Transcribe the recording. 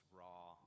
raw